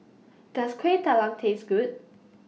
Does Kueh Talam Taste Good